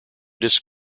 disc